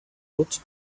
pot